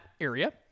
area